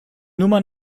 nummer